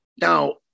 Now